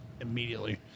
immediately